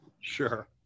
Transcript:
Sure